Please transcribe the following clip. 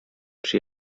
przy